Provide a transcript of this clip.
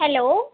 hello